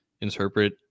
interpret